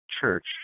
Church